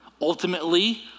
Ultimately